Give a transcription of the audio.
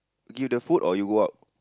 give the food or you go out